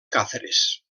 càceres